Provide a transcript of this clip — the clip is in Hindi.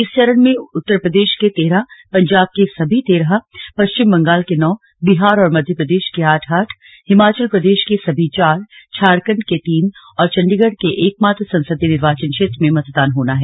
इस चरण में उत्तर प्रदेश के तेरह पंजाब के सभी तेरह पश्चिम बंगाल के नौ बिहार और मध्य प्रदेश के आठ आठ हिमाचल प्रदेश के सभी चार झारखण्ड् के तीन और चंडीगढ़ के एकमात्र संसदीय निर्वाचन क्षेत्र में मतदान होना है